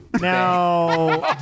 Now